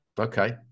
Okay